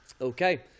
okay